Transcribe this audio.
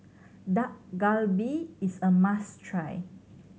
Dak Galbi is a must try